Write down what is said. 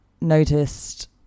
noticed